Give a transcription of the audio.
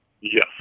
Yes